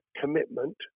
commitment